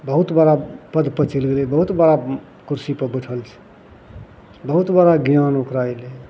बहुत बड़ा पदपर चलि गेलै बहुत बड़ा कुरसीपर बैठल छै बहुत बड़ा ज्ञान ओकरा अएलै